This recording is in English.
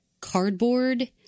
cardboard